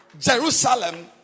Jerusalem